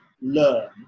learn